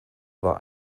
war